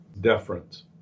deference